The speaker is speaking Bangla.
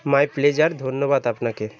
মাই প্লেজার ধন্যবাদ আপনাকে